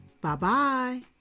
Bye-bye